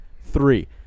three